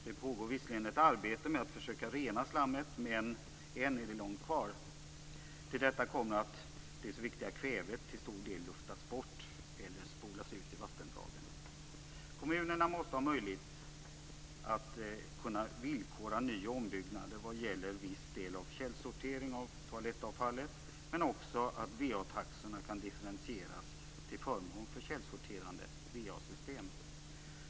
Det pågår visserligen ett arbete med att försöka att rena slammet, men än är det långt kvar. Till detta kommer att det så viktiga kvävet till stor del luftas bort eller spolas ut i vattendragen. Kommunerna måste ha möjlighet att villkora nyoch ombyggnader vad gäller viss del källsortering av toalettavfallet, men också att differentiera va-taxorna till förmån för källsorterande va-system.